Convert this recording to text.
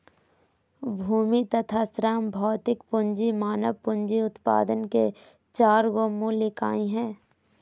भूमि तथा श्रम भौतिक पूँजी मानव पूँजी उत्पादन के चार गो मूल इकाई हइ